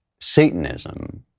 Satanism